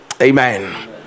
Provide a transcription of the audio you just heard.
Amen